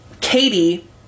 Katie